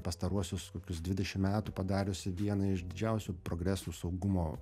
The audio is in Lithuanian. pastaruosius kokius dvidešim metų padariusi vieną iš didžiausių progresų saugumo